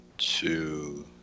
Two